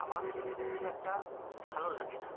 আমার খুব একটা ভালো লাগে না